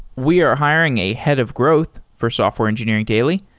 we are hiring a head of growth for software engineering daily.